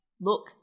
Look